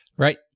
Right